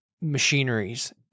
machineries